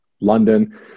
London